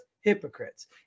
hypocrites